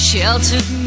Sheltered